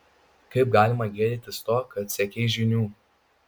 kaip galima gėdytis to kad siekei žinių